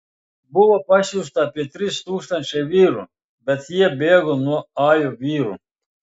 buvo pasiųsta apie trys tūkstančiai vyrų bet jie bėgo nuo ajo vyrų